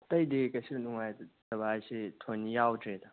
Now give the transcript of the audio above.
ꯑꯇꯩꯗꯤ ꯀꯩꯁꯨ ꯅꯨꯡꯉꯥꯏꯇꯕ ꯍꯥꯏꯁꯤ ꯊꯣꯏꯅ ꯌꯥꯎꯗ꯭ꯔꯦꯗ